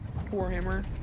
Warhammer